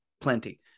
Plenty